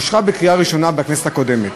אושרה בקריאה ראשונה בכנסת הקודמת,